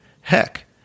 Heck